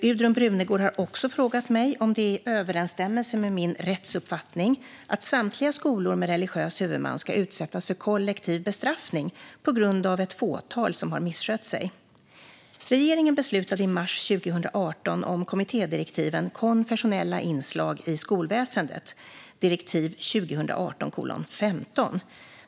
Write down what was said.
Gudrun Brunegård har också frågat mig om det är i överensstämmelse med min rättsuppfattning att samtliga skolor med religiös huvudman ska utsättas för kollektiv bestraffning på grund av ett fåtal som har misskött sig. Regeringen beslutade i mars 2018 om kommittédirektiven Konfessionella inslag i skolväsendet .